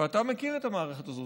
ואתה מכיר את המערכת הזו,